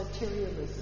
materialism